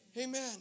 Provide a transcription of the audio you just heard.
Amen